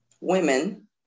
women